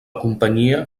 companyia